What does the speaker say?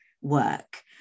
work